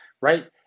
right